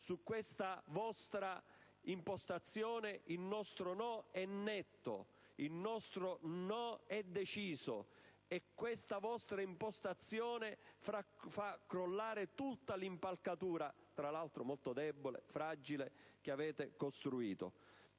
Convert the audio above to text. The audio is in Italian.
su questa vostra impostazione il nostro no è netto, il nostro no è deciso, e questa vostra impostazione fa crollare tutta l'impalcatura - tra l'altro molto debole, fragile - che avete costruito.